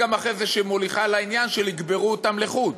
היא גם אחרי זה מוליכה לעניין שיקברו אותם לחוד,